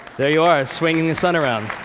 there you are, swinging the sun around.